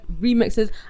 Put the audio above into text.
remixes